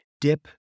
dip